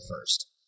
first